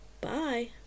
Bye